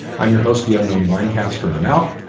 i'm your host the unknown winecaster, and i'm out.